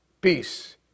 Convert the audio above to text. peace